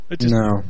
No